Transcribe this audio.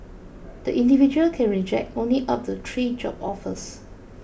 the individual can reject only up to three job offers